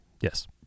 Yes